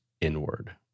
inward